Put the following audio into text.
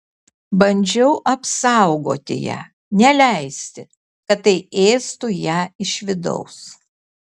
bandžiau apsaugoti ją neleisti kad tai ėstų ją iš vidaus